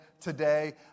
today